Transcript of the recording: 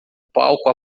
palco